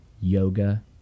yoga